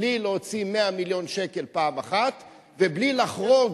בלי להוציא 100 מיליון שקל פעם אחת ובלי לחרוג,